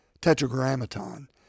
tetragrammaton